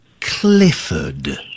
clifford